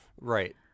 right